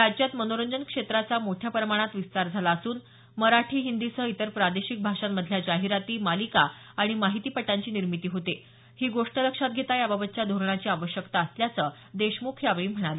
राज्यात मनोरंजन क्षेत्राचा मोठ्या प्रमाणात विस्तार झाला असून मराठी हिंदीसह इतर प्रादेशिक भाषांमधल्या जाहिराती मालिका आणि माहितीपटांची निर्मिती होते ही गोष्ट लक्षात घेता याबाबतच्या धोरणाची आवश्यकता असल्याचं ते यावेळी म्हणाले